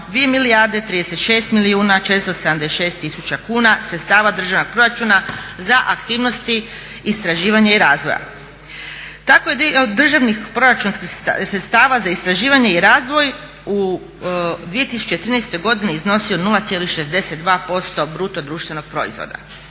2 milijarde 36 milijuna 476 tisuća kuna sredstava državnog proračuna za aktivnosti istraživanja i razvoja. Tako je od državnih proračunskih sredstava za istraživanje i razvoj u 2013. godini iznosio 0,62% BDP-a. Npr. kada